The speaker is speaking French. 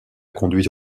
conduite